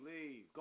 Leave